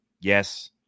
Yes